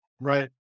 Right